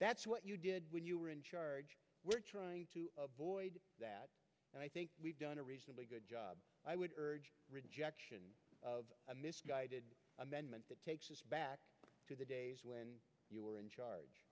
that's what you did when you were in charge we're trying to avoid that and i think we've done a reasonably good job i would urge rejection of amendment that takes us back to the days when you were in charge